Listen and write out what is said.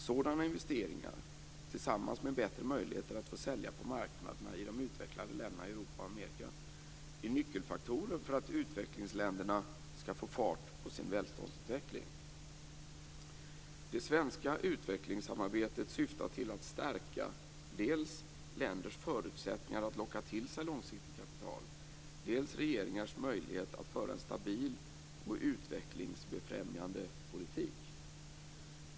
Sådana investeringar, tillsammans med bättre möjligheter att få sälja på marknaderna i de utvecklade länderna i Europa och Amerika, är nyckelfaktorer för att utvecklingsländerna skall få fart på sin välståndsutveckling. Det svenska utvecklingssamarbetet syftar till att stärka dels länders förutsättningar att locka till sig långsiktigt kapital, dels regeringars möjlighet att föra en stabil och utvecklingsbefrämjande politik.